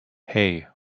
hey